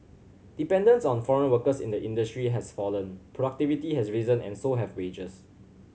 dependence on foreign workers in the industry has fallen productivity has risen and so have wages